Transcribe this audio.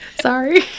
Sorry